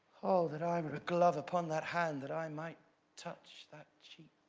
o, that i were a glove upon that hand, that i might touch that cheek!